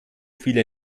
viele